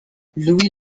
louis